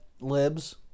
libs